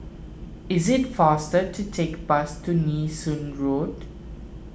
it is faster to take bus to Nee Soon Road